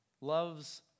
loves